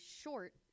short